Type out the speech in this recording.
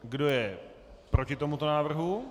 Kdo je proti tomuto návrhu?